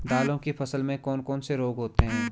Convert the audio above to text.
दालों की फसल में कौन कौन से रोग होते हैं?